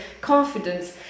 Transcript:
confidence